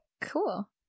Cool